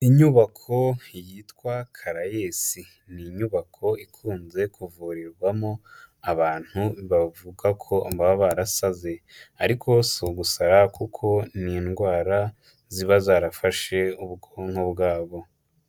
Inyubako yitwa Caraes, ni inyubako ikunze kuvurirwamo abantu bavuga ko baba barasaze, ariko si ugusara kuko n'indwara ziba zarafashe ubwonko bwabo.